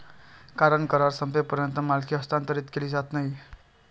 कारण करार संपेपर्यंत मालकी हस्तांतरित केली जात नाही